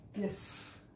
Yes